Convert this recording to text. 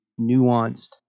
nuanced